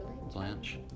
blanche